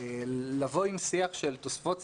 לבוא עם שיח של תוספות שכר,